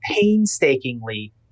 painstakingly